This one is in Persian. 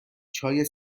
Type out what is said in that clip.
چای